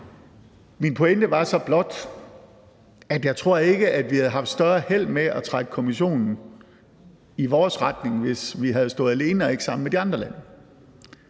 Min pointe var så blot, at jeg ikke tror, at vi havde haft større held med at trække Kommissionen i vores retning, hvis vi havde stået alene og ikke sammen med de andre lande.